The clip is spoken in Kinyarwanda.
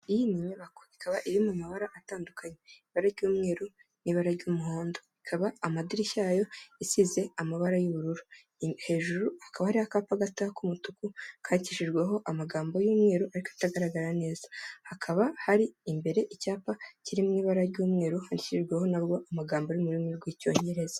Iyi ni nyubako ikaba iri mu mabara atandukanye ibara ry'mweru n'ibara ry'umuhondo, ikaba amadirishya yayo isize amabara y'ubururu, hejuru hakaba hariho akapa gato k'umutuku kandikishijweho amagambo y'umweru ariko atagaragara neza, hakaba hari imbere icyapa kiri mu ibara ry'umweru handikishijweho n'aho amagambo ari mu rurimi rw'icyongereza.